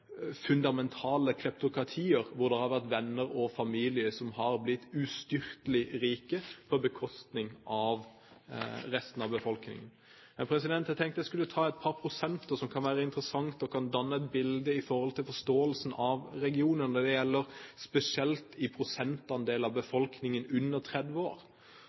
fundamentale kleptokratier, hvor det har vært venner og familie som har blitt ustyrtelig rike på bekostning av resten av befolkningen. Jeg tenkte jeg skulle ta et par prosenttall som kan være interessante og danne et bilde når det gjelder forståelsen av regionen, spesielt gjelder det prosentandel av befolkningen under 30 år. I Tunisia er 50 pst. av befolkningen under 30 år,